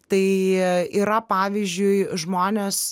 tai yra pavyzdžiui žmonės